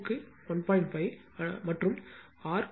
5 Ω R 2 1